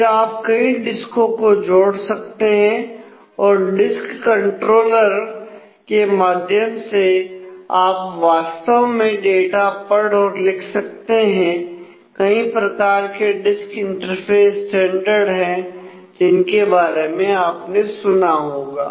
फिर आप कई डिस्को को जोड़ सकते हैं और डिस्क कंट्रोलर के माध्यम से आप वास्तव में डाटा पढ और लिख सकते हैं कई प्रकार के डिस्क इंटरफ़ेस स्टैंडर्ड है जिनके बारे में आपने सुना होगा